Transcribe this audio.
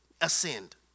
ascend